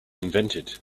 invented